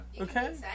Okay